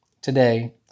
today